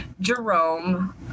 jerome